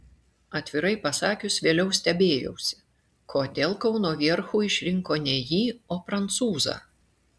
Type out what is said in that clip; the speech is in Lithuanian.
atvirai pasakius vėliau stebėjausi kodėl kauno vierchu išrinko ne jį o prancūzą